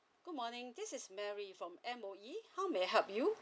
good morning this is mary from M_O_E how may I help you